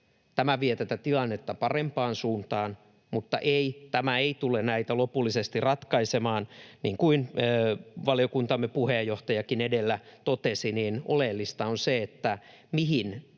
Tämä vie tätä tilannetta parempaan suuntaan, mutta ei, tämä ei tule näitä lopullisesti ratkaisemaan. Niin kuin valiokuntamme puheenjohtajakin edellä totesi, oleellista on se, mihin